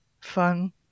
fun